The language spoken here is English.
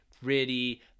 gritty